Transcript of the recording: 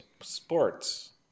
sports